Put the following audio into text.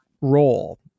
role